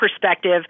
perspective